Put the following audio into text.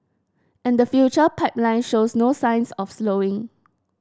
and the future pipeline shows no signs of slowing